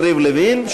יריב לוין,